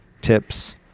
tips